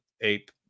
ape